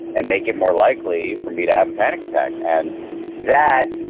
and make it more likely for me to have a panic attack. and that